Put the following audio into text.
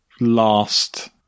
last